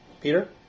Peter